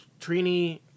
Trini